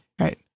right